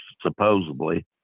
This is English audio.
supposedly